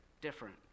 different